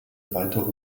weiter